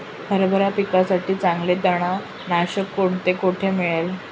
हरभरा पिकासाठी चांगले तणनाशक कोणते, कोठे मिळेल?